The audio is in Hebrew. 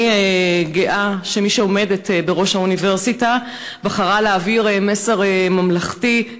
אני גאה שמי שעומדת בראש האוניברסיטה בחרה להעביר מסר ממלכתי,